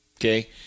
Okay